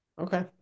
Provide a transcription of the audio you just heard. Okay